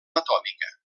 atòmica